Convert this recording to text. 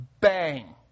bang